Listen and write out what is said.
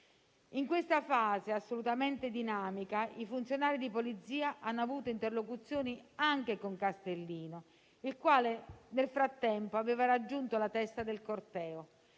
In questa fase assolutamente dinamica i funzionari di polizia hanno avuto interlocuzioni anche con Castellino, il quale nel frattempo aveva raggiunto la testa del corteo;